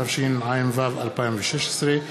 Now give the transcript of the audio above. התשע"ו 2016,